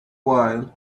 while